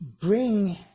bring